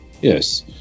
Yes